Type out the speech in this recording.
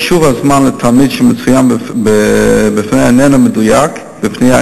חישוב הזמן לתלמיד שמצוין בפנייה איננו מדויק,